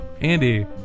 Andy